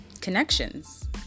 Connections